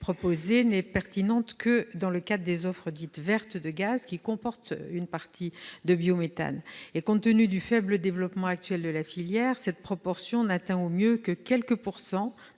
la vente n'était pertinente que dans le cadre des offres dites « vertes » de gaz qui comportent une part de biométhane. Compte tenu du faible développement actuel de la filière, cette proportion n'atteint, au mieux, que quelques points